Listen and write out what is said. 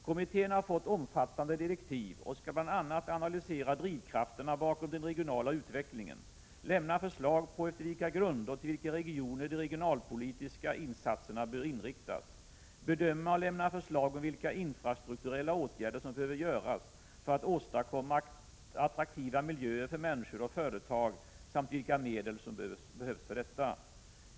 Kommittén har fått omfattande direktiv och skall bl.a. analysera drivkrafterna bakom den regionala utvecklingen, lämna förslag på efter vilka grunder och till vilka regioner de regionalpolitiska insatserna bör inriktas, bedöma och lämna förslag om vilka infrastrukturåtgärder som behöver göras för att åstadkomma attraktiva miljöer för människor och företag samt vilka medel som behövs för detta.